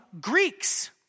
Greeks